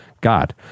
God